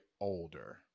older